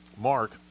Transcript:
Mark